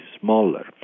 smaller